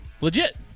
legit